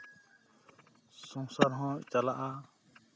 ᱥᱚᱝᱥᱟᱨ ᱦᱚᱸ ᱪᱟᱞᱟᱜᱼᱟ